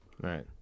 right